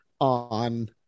on